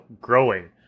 growing